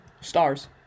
Stars